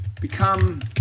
Become